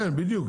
כן, בדיוק.